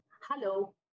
Hello